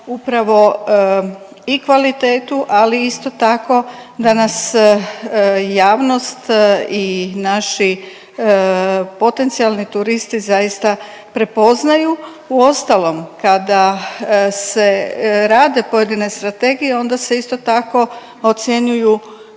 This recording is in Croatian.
upravo i kvalitetu ali isto tako da nas javnost i naši potencijalni turisti zaista prepoznaju. Uostalom kada se rade pojedine strategije onda se isto tako ocjenjuju